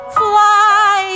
fly